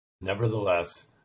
Nevertheless